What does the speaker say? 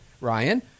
Ryan